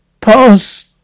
past